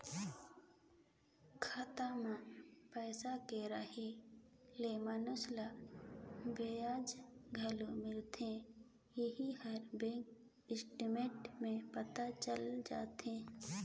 खाता मे पइसा के रहें ले मइनसे ल बियाज घलो मिलथें येहू हर बेंक स्टेटमेंट में पता चल जाथे